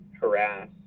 harass